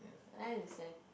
I understand